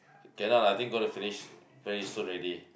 cannot lah I think gonna finish very soon ready